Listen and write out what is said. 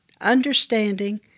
Understanding